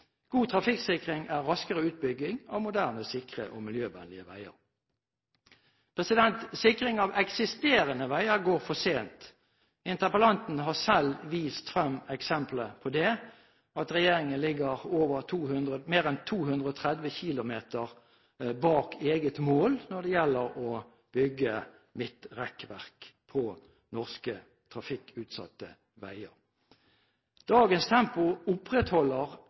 God trafikksikring er raskere utbygging av moderne, sikre og miljøvennlige veier. Sikring av eksisterende veier går for sent. Interpellanten har vist frem eksempler på at regjeringen ligger mer enn 230 km bak eget mål når det gjelder å bygge midtrekkverk på norske trafikkutsatte veier. Dagens tempo opprettholder